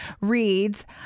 reads